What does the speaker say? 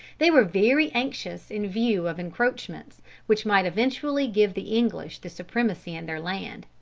they were very anxious in view of encroachments which might eventually give the english the supremacy in their land.